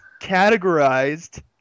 categorized